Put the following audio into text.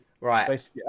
Right